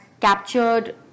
captured